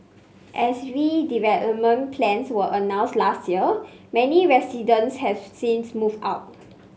as redevelopment plans were announced last year many residents have since moved out